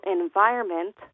environment